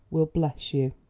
will bless you.